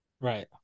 Right